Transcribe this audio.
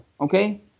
okay